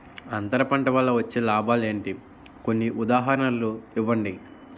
అంతర పంట వల్ల వచ్చే లాభాలు ఏంటి? కొన్ని ఉదాహరణలు ఇవ్వండి?